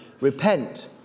repent